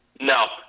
No